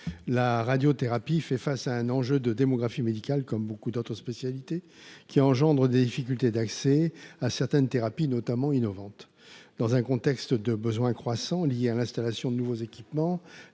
La radiothérapie fait face à un enjeu de démographie médicale qui entraîne des difficultés d’accès à certaines thérapies, notamment innovantes. Dans un contexte de besoins croissants liés à l’installation de nouveaux équipements,